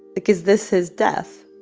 like, is this his death?